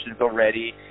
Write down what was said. already